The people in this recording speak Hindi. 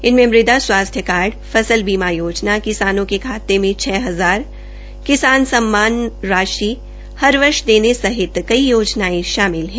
इनमें मुदा स्वास्थ्य कार्ड फसल बीमा योजना किसानों के खाते में छह हजार किसान सम्मान राशि हर वर्ष देने सहित कई योजनाएं शामिल हैं